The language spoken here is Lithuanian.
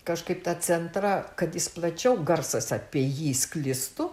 kažkaip tą centrą kad jis plačiau garsas apie jį sklistų